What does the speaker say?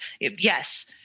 yes